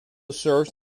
serves